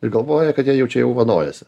ir galvoja kad jie jau čia jau vaduojasi